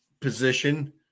position